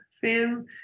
film